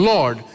Lord